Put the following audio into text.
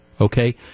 okay